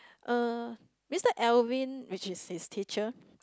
uh Mr Alvin which is his teacher